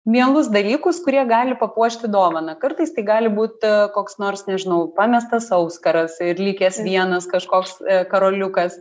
mielus dalykus kurie gali papuošti dovaną kartais tai gali būt koks nors nežinau pamestas auskaras ir likęs vienas kažkoks karoliukas